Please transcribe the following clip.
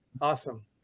awesome